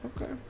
Okay